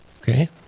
Okay